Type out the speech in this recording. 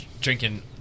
drinking